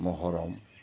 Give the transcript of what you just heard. महरम